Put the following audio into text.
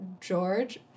George